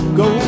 go